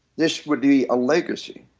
this would be a legacy